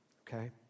okay